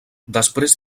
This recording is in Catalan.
després